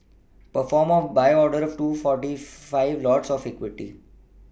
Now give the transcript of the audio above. perform a buy order of two forty five lots of equity